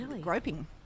groping